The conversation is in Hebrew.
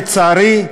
לצערי,